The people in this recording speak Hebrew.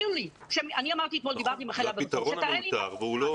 זה פתרון מאולתר והוא לא